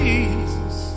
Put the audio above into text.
Jesus